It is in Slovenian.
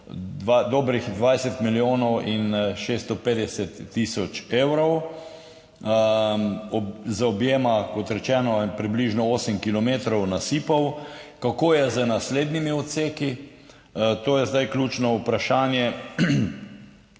dobrih 20 milijonov in 650 tisoč evrov. Zaobjema, kot rečeno, približno 8 kilometrov nasipov. Kako je z naslednjimi odseki? To je zdaj ključno vprašanje.